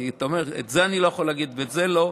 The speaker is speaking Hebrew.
כי אתה אומר: את זה אני לא יכול להגיד ואת זה לא.